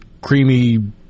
creamy